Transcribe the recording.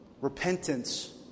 repentance